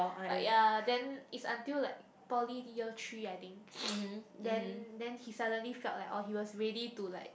but ya then it's until like then poly year three I think then then he suddenly felt that he was ready to like